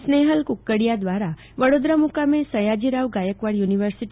સ્નેહલ ક્રકડિયા દ્વારા વડોદરા મુકામે સયાજીરાવ ગાયકવાડ યુનિ